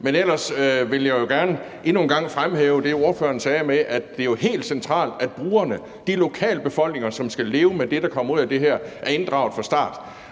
Ellers vil jeg jo gerne endnu en gang fremhæve det, ordføreren sagde, med, at det er helt centralt, at brugerne, de lokalbefolkninger, som skal leve med det, der kommer ud af det her, er inddraget fra start.